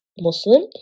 Muslim